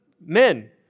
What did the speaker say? men